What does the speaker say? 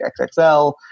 XXL